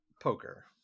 poker